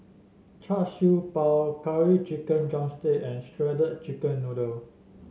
Char Siew Bao Curry Chicken drumstick and shredded chicken noodle